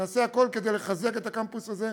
יעשה הכול כדי לחזק את הקמפוס הזה,